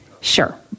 Sure